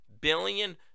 billion